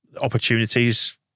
Opportunities